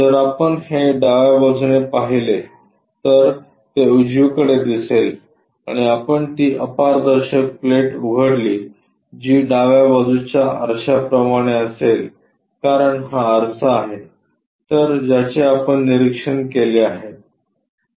जर आपण हे डाव्या बाजूने पाहिले तर ते उजवीकडे दिसेल आणि आपण ती अपारदर्शक प्लेट उघडली जी डाव्या बाजूच्या आरशाप्रमाणे असेल कारण हा आरसा आहे तर ज्याचे आपण निरीक्षण केले आहे